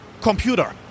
computer